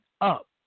up